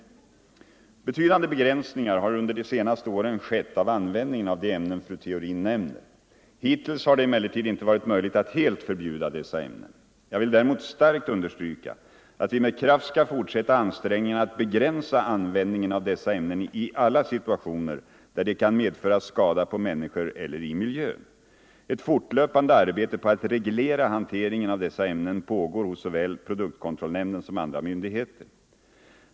liga ämnen Betydande begränsningar har under de senaste åren skett av användningen av de ämnen fru Theorin nämner. Hittills har det emellertid inte varit möjligt att helt förbjuda dessa ämnen. Jag vill däremot starkt understryka att vi med kraft skall fortsätta ansträngningarna att begränsa användningen av dessa ämnen i alla situationer där de kan medföra skada på människor eller i miljön. Ett fortlöpande arbete på att reglera hanteringen av dessa ämnen pågår hos såväl produktkontrollnämnden som andra myndigheter.